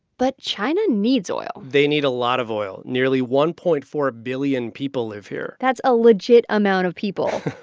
but china needs oil they need a lot of oil. nearly one point four billion people live here that's a legit amount of people.